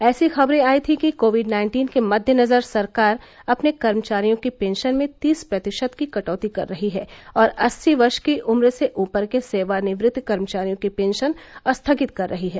ऐसी खबरें आई थी कि कोविड नाइन्टीन के मद्देनजर सरकार अपने कर्मचारियों की पेंशन में तीस प्रतिशत की कटौती कर रही है और अस्सी वर्ष की उम्र से ऊपर के सेवानिवृत्त कर्मचारियों की पेंशन स्थगित कर रही है